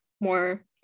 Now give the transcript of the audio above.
more